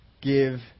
give